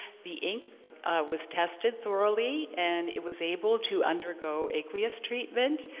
the ink was tested thoroughly and it was able to undergo aqueous treatment.